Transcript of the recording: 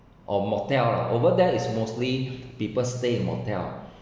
or motel lah over there is mostly people stay in motel